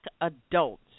adults